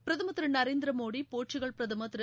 பிரதமர் திரு நரேந்திர மோடி போர்க்ககல் பிரதமர் திரு